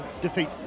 defeat